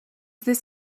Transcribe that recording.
this